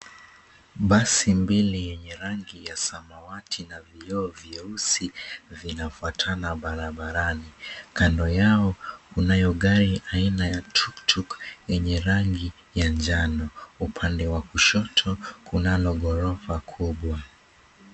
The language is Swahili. Basi mbili yenye rangi ya samawati na vioo vyeusi vinafuatana barabarani. Kando yao kunayo gari aina ya tuktuk yenye rangi ya njano. Upande wa kushoto kunalo ghorofa kubwa.